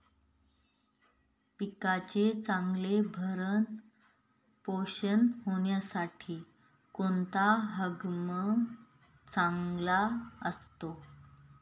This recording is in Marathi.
पिकाचे चांगले भरण पोषण होण्यासाठी कोणता हंगाम चांगला असतो?